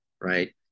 right